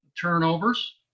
turnovers